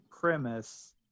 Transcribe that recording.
premise